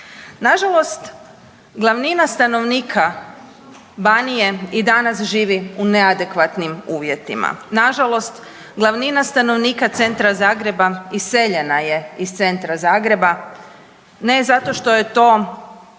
Nažalost, glavnina stanovnika Banije i danas živi u neadekvatnim uvjetima. Nažalost, glavnina stanovnika centra, stanovnika Zagreba iseljena je iz centra Zagreba, ne zato što je to nekako